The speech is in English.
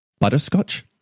butterscotch